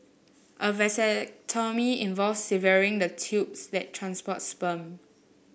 a vasectomy involves severing the tubes that transport sperm